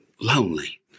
Lonely